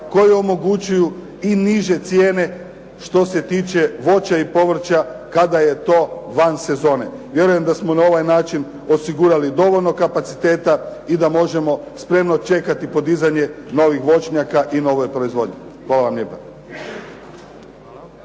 koji omogućuju i niže cijene što se tiče voća i povrća kada je to van sezone. Vjerujem da smo na ovaj način osigurali dovoljno kapaciteta i da možemo spremno čekati podizanje novih voćnjaka i nove proizvodnje. Hvala vam lijepa.